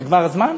נגמר הזמן?